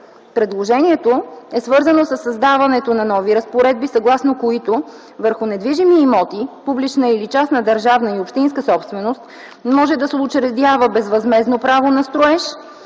Предложението е свързано със създаването на нови разпоредби, съгласно които върху недвижими имоти – публична или частна, държавна и общинска собственост, може да се учредява безвъзмездно право на строеж